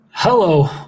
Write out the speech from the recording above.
Hello